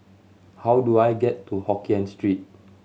how do I get to Hokkien Street